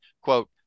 quote